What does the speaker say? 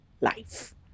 life